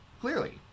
clearly